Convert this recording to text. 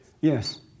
Yes